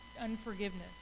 unforgiveness